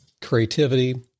creativity